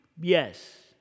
Yes